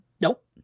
Nope